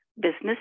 business